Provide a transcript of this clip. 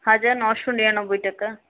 হাজার নশো নিরানব্বই টাকা